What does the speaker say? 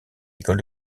école